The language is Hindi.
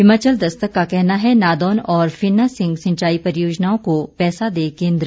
हिमाचल दस्तक का कहना है नादौन और फिन्ना सिंह सिंचाई परियोजनाओं को पैसा दे केंद्र